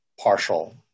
partial